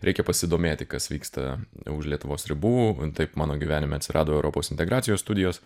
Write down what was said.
reikia pasidomėti kas vyksta už lietuvos ribų taip mano gyvenime atsirado europos integracijos studijos